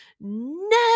No